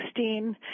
2016